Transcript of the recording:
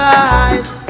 eyes